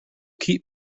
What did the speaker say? keep